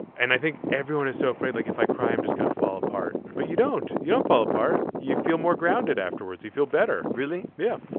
and i think everyone is so afraid. like, if i cry, i'm just gonna fall apart. but you don't you don't fall apart. you feel more grounded afterwards. you feel better. really? yeah.